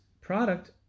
product